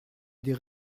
des